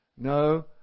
No